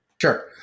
Sure